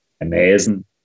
amazing